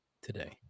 today